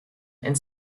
and